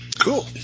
Cool